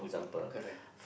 correct